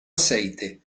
aceite